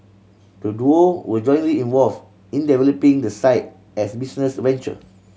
the duo were jointly involve in developing the site as business venture